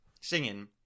singing